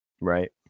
Right